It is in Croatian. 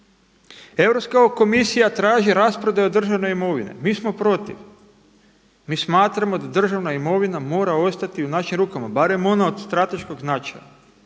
Europska komisija traži rasprodaju državne imovine. Mi smo protiv, mi smatramo da državna imovina mora ostati u našim rukama, barem ona od strateškog značaja.